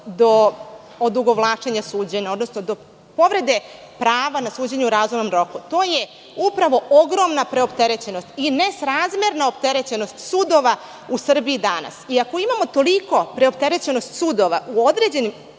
do odugovlačenja suđenja, odnosno povrede prava na suđenje u razumnom roku. To je upravo ogromna preopterećenost i nesrazmerna opterećenost sudova u Srbiji danas. Ako imamo toliku preopterećenost sudija u određenim